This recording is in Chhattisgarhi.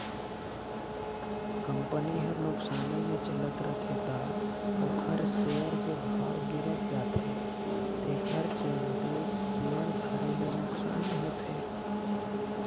कंपनी हर नुकसानी मे चलत रथे त ओखर सेयर के भाव गिरत जाथे तेखर चलते शेयर धारी ल नुकसानी होथे